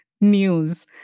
news